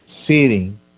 sitting